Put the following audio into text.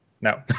no